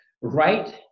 right